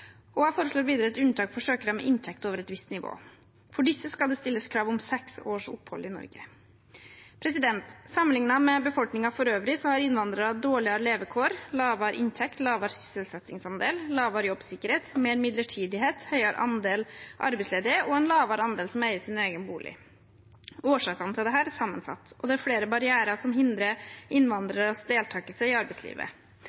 Jeg foreslår videre et unntak for søkere med inntekt over et visst nivå. For disse skal det stilles krav om seks års opphold i Norge. Sammenlignet med befolkningen for øvrig har innvandrere dårligere levekår, lavere inntekt, lavere sysselsettingsandel, lavere jobbsikkerhet, mer midlertidighet og høyere andel arbeidsledige, og det er en lavere andel som eier sin egen bolig. Årsakene til dette er sammensatte, og det er flere barrierer som hindrer